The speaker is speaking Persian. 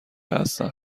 هستم